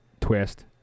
Twist